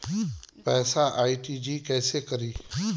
पैसा आर.टी.जी.एस कैसे करी?